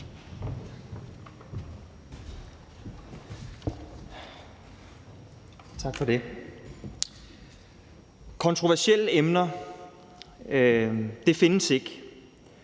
Kontroversielle emner findes ikke.